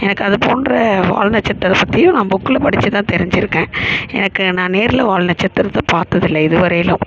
எனக்கு அது போன்ற வால் நட்சத்திரம் பற்றியும் நான் புக்கில் படித்து தான் தெரிஞ்சு இருக்கேன் எனக்கு நான் நேரில் வால் நட்சத்திரத்தை பார்த்தது இல்லை இது வரையிலும்